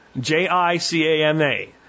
J-I-C-A-M-A